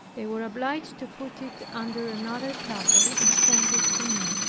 they were obliged to put it under another cover, and send it to me.